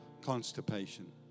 constipation